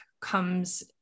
comes